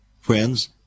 friends